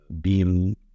beam